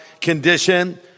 condition